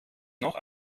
noch